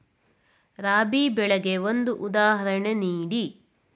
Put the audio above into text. ರಾಬಿ ಬೆಳೆಗೆ ಒಂದು ಉದಾಹರಣೆ ನೀಡಿ